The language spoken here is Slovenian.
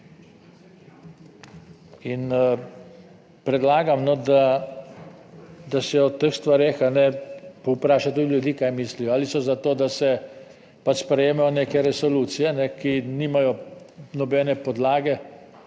Predlagam, da se o teh stvareh povpraša tudi ljudi, kaj mislijo: Ali so za to, da se pač sprejemajo neke resolucije, ki nimajo nobene podlage